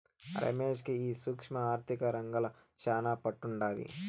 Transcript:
రమేష్ కి ఈ సూక్ష్మ ఆర్థిక రంగంల శానా పట్టుండాది